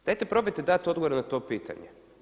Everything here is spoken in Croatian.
Dajte probajte dati odgovor na to pitanje.